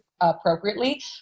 appropriately